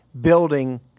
building